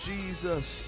Jesus